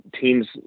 teams